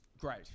Great